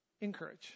Encourage